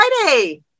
Friday